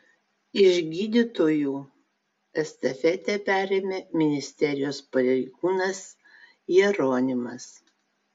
iš gydytojų estafetę perėmė ministerijos pareigūnas jeronimas